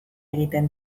egiten